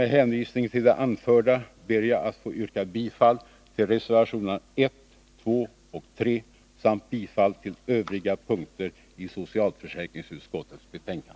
Med hänvisning till det anförda ber jag att få yrka bifall till reservationerna 1, 2 och 3 samt i övrigt bifall till socialförsäkringsutskottets hemställan.